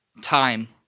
time